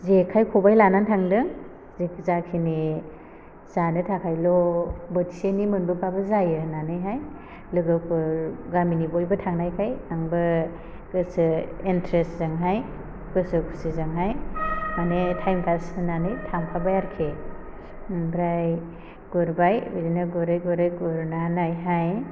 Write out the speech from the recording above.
जेखाइ खबाय लाना थांदों जे जाखिनि जानो थाखायल' बोथिसेनि मोनबोबाबो जायो होन्नानैहाय लोगोफोर गामिनि बयबो थांनायखाय आंबो गोसो एन्ट्रेसजोंहाय गोसो खुसिजोंहाय माने टाइम पास होन्नानै थांफाबाय आरखि आमफ्राय गुरबाय ओरैनो गुरै गुरै गुरनानैहाय